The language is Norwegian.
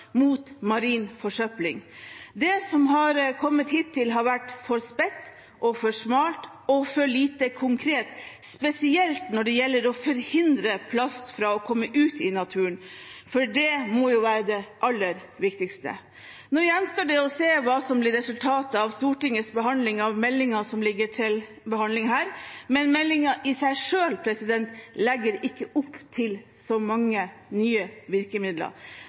mot marin forsøpling. Det som har kommet til nå, har vært for spedt, for smalt og for lite konkret, spesielt når det gjelder å forhindre plast fra å komme ut i naturen, for det må være det aller viktigste. Nå gjenstår det å se hva som blir resultatet av Stortingets behandling av meldingen som ligger til behandling, men meldingen i seg selv legger ikke opp til så mange nye virkemidler.